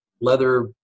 leather